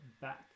back